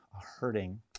hurting